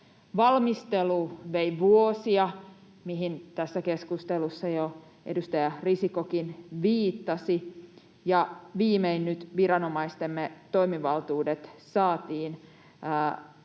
Valmistelu vei vuosia, mihin tässä keskustelussa jo edustaja Risikkokin viittasi, ja viimein nyt viranomaistemme toimivaltuudet saatiin